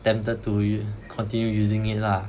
tempted to continue using it lah